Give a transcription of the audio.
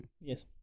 Yes